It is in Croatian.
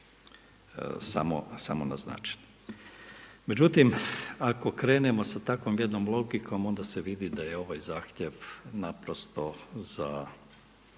samo naznačene. Međutim, ako krenemo sa takvom jednom logikom onda se vidi da je ovaj zahtjev naprosto samo